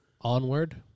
Onward